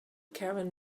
caravan